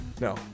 No